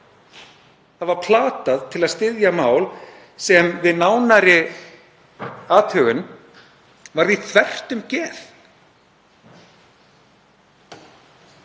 Það var platað til að styðja mál sem við nánari athugun var því þvert um geð.